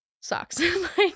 Sucks